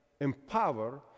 empower